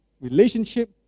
relationship